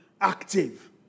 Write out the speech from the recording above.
active